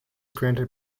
granted